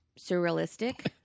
surrealistic